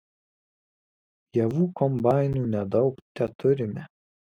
javų kombainų nedaug teturime